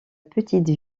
petite